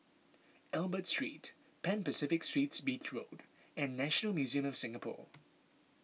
Albert Street Pan Pacific Suites Beach Road and National Museum of Singapore